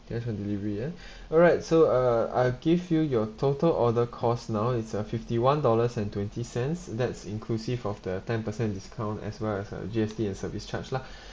cash on delivery ah alright so uh I'll give you your total order cost now it's uh fifty one dollars and twenty cents that's inclusive of the ten percent discount as well as a G_S_T and service charge lah